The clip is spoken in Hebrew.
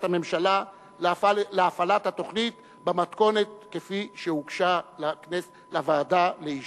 הממשלה להפעיל את התוכנית במתכונת שהוגשה לוועדה לאישור.